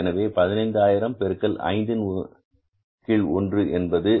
எனவே 15000 பெருக்கல் ஐந்தின் கீழ் ஒன்று என்பது எவ்வளவு ரூபாய் 75000